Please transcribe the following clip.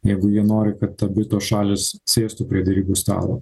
jeigu ji nori kad abi tos šalys sėstų prie derybų stalo